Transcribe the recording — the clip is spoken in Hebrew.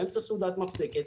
באמצע הסעודה המפסקת.